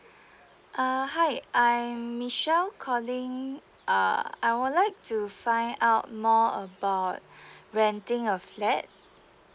uh hi I'm Michelle calling uh I would like to find out more about renting a flat